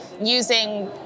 using